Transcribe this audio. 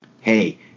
Hey